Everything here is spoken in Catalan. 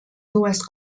dues